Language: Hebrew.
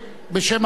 בשם הכנסת,